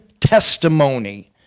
testimony